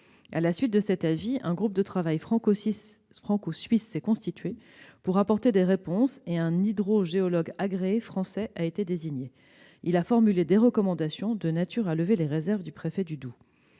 À la suite de cet avis, un groupe de travail franco-suisse a été constitué pour apporter des réponses, et un hydrogéologue agréé, français, a été désigné. Il a formulé des recommandations de nature à lever les réserves du préfet du Doubs.